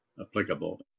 applicable